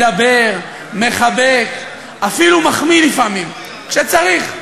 מדבר, מחבק, אפילו מחמיא לפעמים, כשצריך,